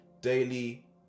daily